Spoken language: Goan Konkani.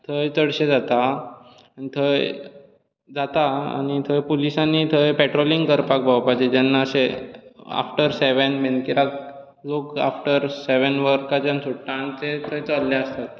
थंय चडशें जाता थंय जाता आनी थंय पुलिसांनी थंय पॅट्रोलिंग करपाक भोंवपाचे जेन्नां अशें आफटर सेवन बीन कित्याक तूं आफ्टर सेवन वर्काच्यान सुट्टा आनी ते थंय चलता